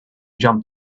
jump